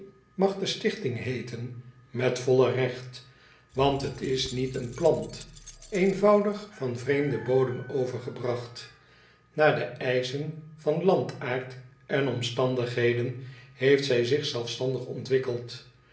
mag de stichting heeten met volle regt want het is niet een plant eenvoudig van vreemden bodem overgebragt naar de eischen van landaard en omstandigheden heeft zij zich zelfstandig ontwikkeld